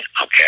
okay